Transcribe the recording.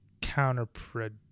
counterproductive